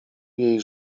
jej